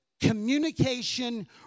communication